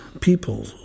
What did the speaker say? people